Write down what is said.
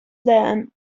then